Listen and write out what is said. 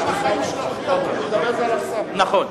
נכון,